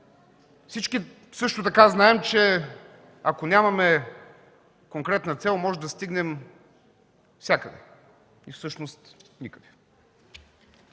Всички също така знаем, че ако нямаме конкретна цел, можем да стигнем навсякъде и всъщност никъде.